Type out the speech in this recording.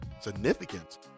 Significance